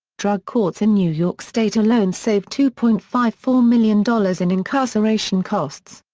drug courts in new york state alone saved two point five four million dollars in incarceration costs.